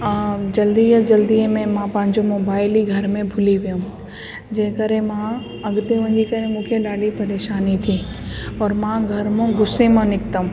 जल्दी सां जल्दीअ में मां पहिंजो मोबाइल ई घर में भुली पयमि जे करे मां अॻिते वञी करे मूंखे ॾाढी परेशानी थी पर मां घर मो गुस्से मो निकितमि